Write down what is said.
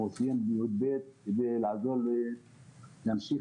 הוא סיים את כיתה י"ב והתכוון להמשיך